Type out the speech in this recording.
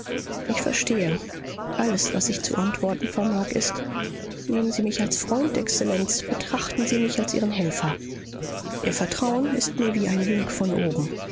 ich verstehe alles was ich zu antworten vermag ist nehmen sie mich als freund exzellenz betrachten sie mich als ihren helfer ihr vertrauen ist mir wie ein wink von oben